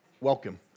welcome